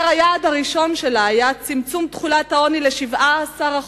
היעד הראשון שלה היה צמצום תחולת העוני ל-17.2%